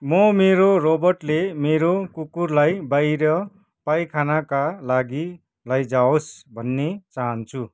म मेरो रोबोर्टले मेरो कुकुरलाई बाहिर पाइखानाका लागि लैजाओस् भन्ने चाहन्छु